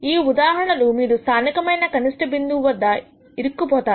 ఈ ఉదాహరణలు మీరు స్థానికమైన కనిష్ట బిందువు వద్ద ఇరుక్కుపోతారు